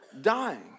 dying